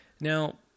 Now